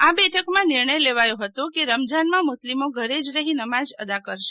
આ બેઠક માં માં નિર્ણય લેવાયો હતો કે રમઝાન માં મુસ્લિમો ઘરે જ રહી નમાઝ અદા કરશે